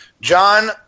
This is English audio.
John